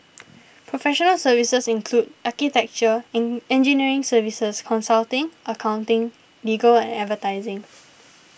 professional services include architecture and engineering services consulting accounting legal and advertising